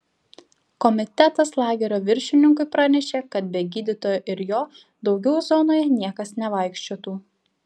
komitetas lagerio viršininkui pranešė kad be gydytojo ir jo daugiau zonoje niekas nevaikščiotų